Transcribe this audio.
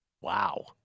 Wow